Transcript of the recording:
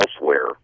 elsewhere